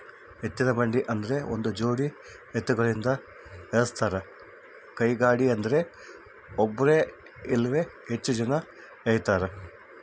ಎತ್ತಿನಬಂಡಿ ಆದ್ರ ಒಂದುಜೋಡಿ ಎತ್ತುಗಳಿಂದ ಎಳಸ್ತಾರ ಕೈಗಾಡಿಯದ್ರೆ ಒಬ್ರು ಇಲ್ಲವೇ ಹೆಚ್ಚು ಜನ ಎಳೀತಾರ